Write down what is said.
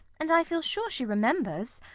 and i feel sure she remembers.